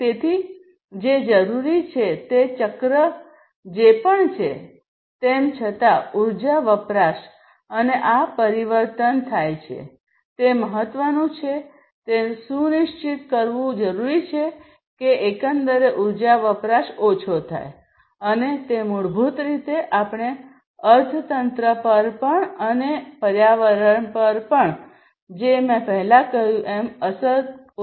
તેથી જે જરૂરી છે તે ચક્ર જે પણ છે તેમ છતાં ઉર્જા વપરાશ અને આ પરિવર્તન થાય છે તે મહત્વનું છે તે સુનિશ્ચિત કરવું એ છે કે એકંદરે ઉર્જા વપરાશ ઓછો થાય અને તે મૂળભૂત રીતે આપણે અર્થતંત્ર પર પણ અને પર્યાવરણ જે મેં પહેલાં કહ્યું છે અસર કરીશું